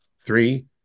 Three